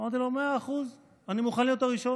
אמרתי לו: מאה אחוז, אני מוכן להיות הראשון.